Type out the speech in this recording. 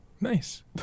Nice